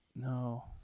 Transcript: No